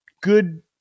good